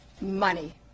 Money